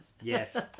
Yes